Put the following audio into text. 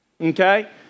okay